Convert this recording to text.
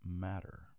Matter